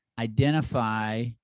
identify